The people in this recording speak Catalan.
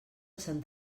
sant